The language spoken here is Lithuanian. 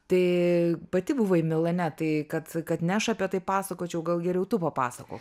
tai pati buvai milane tai kad kad ne aš apie tai pasakočiau gal geriau tu papasakok